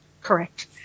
Correct